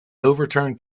overturned